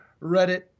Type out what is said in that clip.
Reddit